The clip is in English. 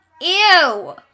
Ew